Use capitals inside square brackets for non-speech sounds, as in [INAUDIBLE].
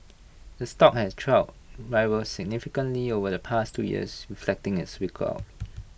its stock has trailed rivals significantly over the past two years reflecting its weaker outlook [NOISE]